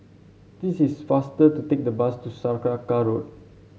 this is faster to take the bus to Saraca Road